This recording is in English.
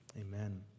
amen